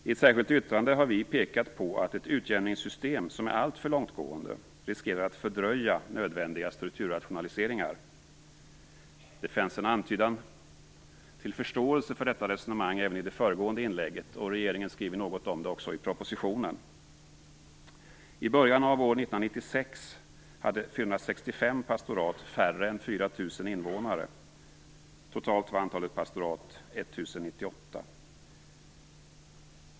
I ett särskilt yttrande har vi pekat på att ett utjämningssystem som är alltför långtgående riskerar att fördröja nödvändiga strukturrationaliseringar. Det fanns en antydan till förståelse för detta resonemang i det föregående inlägget, och regeringen skriver något om det i propositionen. 4 000 invånare. Totalt var antalet pastorat 1 098.